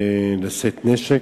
לשאת נשק.